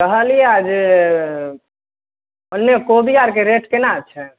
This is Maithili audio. कहलिअऽ जे ओन्ने कोबी आओरके रेट कोना छै